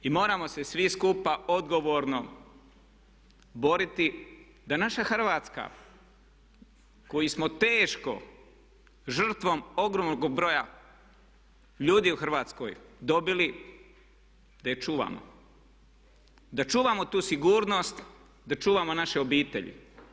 I moramo se svi skupa odgovorno boriti da naša Hrvatska koju smo teškom žrtvom ogromnog broja ljudi u Hrvatskoj dobili da je čuvamo, da čuvamo tu sigurnost, da čuvamo naše obitelji.